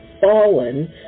fallen